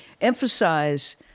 emphasize